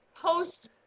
Post